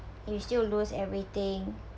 you'll still lose everything